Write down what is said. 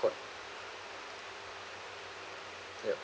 yup